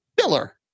filler